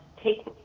take